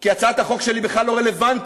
כי הצעת החוק שלי בכלל לא רלוונטית.